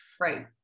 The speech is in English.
right